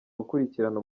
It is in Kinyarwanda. gukurikirana